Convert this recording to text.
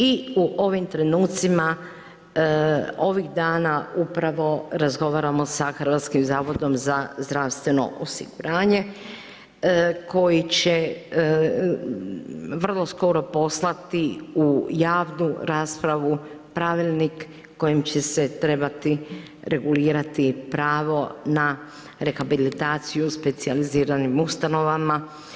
I u ovim trenucima ovih dana upravo razgovaramo sa Hrvatskim zavodom za zdravstveno osiguranje koji će vrlo skoro poslati u javnu raspravu pravilnik kojim će se trebati regulirati pravo na rehabilitaciju, specijaliziranim ustanovama.